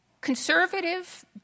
conservative